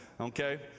okay